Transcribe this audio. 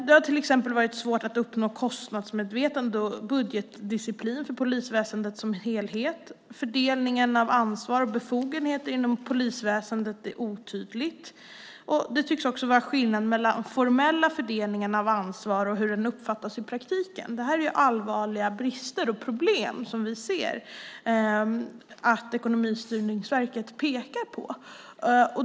Det har till exempel varit svårt att uppnå kostnadsmedvetande och budgetdisciplin för polisväsendet som helhet. Fördelningen av ansvar och befogenheter inom polisväsendet är otydlig. Det tycks också vara skillnad mellan den formella fördelningen av ansvar och hur den uppfattas i praktiken. Detta är allvarliga brister och problem som vi ser att Ekonomistyrningsverket pekar på.